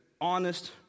honest